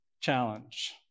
challenge